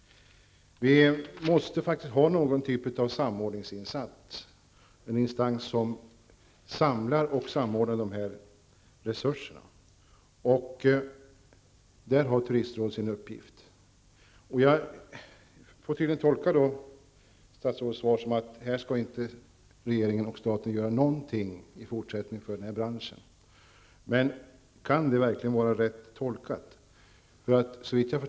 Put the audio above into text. Vi måste göra något slags samordningsinsats och ha en instans som samlar och samordnar resurserna. Här har turistrådet sin uppgift. Jag får tydligen tolka statsrådets svar som att regeringen inte kommer att göra någonting för branschen i fortsättningen. Kan detta verkligen vara en riktig tolkning?